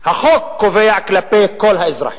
שהחוק קובע כלפי כל האזרחים,